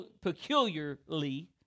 peculiarly